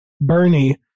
Bernie